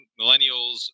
millennials